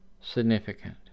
significant